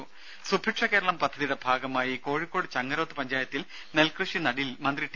രുഭ സുഭിക്ഷ കേരളം പദ്ധതിയുടെ ഭാഗമായി കോഴിക്കോട് ചങ്ങരോത്ത് പഞ്ചായത്തിൽ നെൽകൃഷി നടീൽ മന്ത്രി ടി